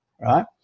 Right